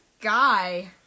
guy